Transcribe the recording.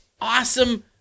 awesome